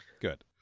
good